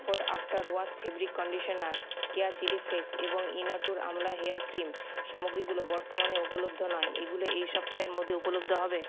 comfort after wash fabric conditioner Keya chilli flakes এবং Inatur amla hair cream সামগ্রীগুলো বর্তমানে উপলব্ধ নয় এগুলো এই সপ্তাহের মধ্যে উপলব্ধ হবে